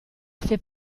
fait